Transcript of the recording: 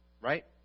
right